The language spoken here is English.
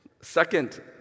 Second